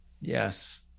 Yes